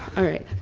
alright.